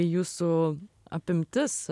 jūsų apimtis